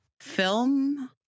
Film